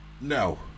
No